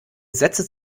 sätze